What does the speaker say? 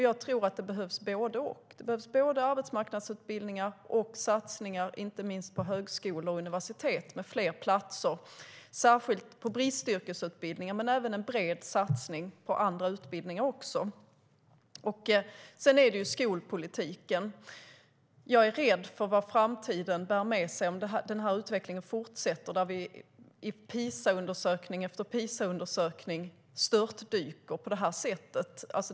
Jag tror att både arbetsmarknadsutbildningar och satsningar inte minst på högskolor och universitet med fler platser behövs, särskilt på bristyrkesutbildningar, men även en bred satsning på andra utbildningar behövs. När det gäller skolpolitiken är jag rädd för vad framtiden bär med sig om denna utveckling fortsätter där vi i PISA-undersökning efter PISA-undersökning störtdyker på detta sätt.